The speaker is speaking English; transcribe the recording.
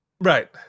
Right